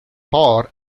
thor